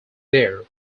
there